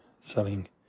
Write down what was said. selling